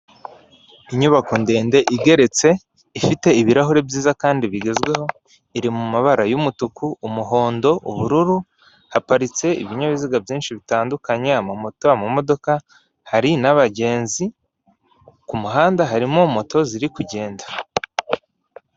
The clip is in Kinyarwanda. Inyubako ndende igeretse ifite ibirahure byiza kandi bigezweho iri mu mabara y'umutuku, umuhondo, ubururu haparitse ibinyabiziga byinshi bitandukanye amamoto, amamodoka hari n'abagenzi ku muhanda harimo moto ziri kugenda.